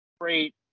great